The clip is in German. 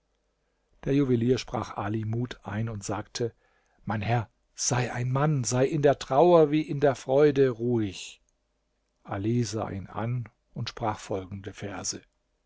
der juwelier sprach ali mut ein und sagte mein herr sei ein mann sei in der trauer wie in der freude ruhig ali sah ihn an und sprach folgende verse